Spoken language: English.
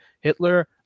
Hitler